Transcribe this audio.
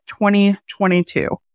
2022